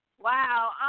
Wow